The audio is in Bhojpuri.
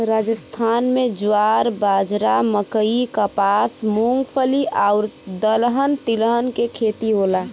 राजस्थान में ज्वार, बाजरा, मकई, कपास, मूंगफली आउर दलहन तिलहन के खेती होला